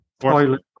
toilet